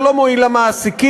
זה לא מועיל למעסיקים,